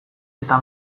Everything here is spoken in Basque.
eta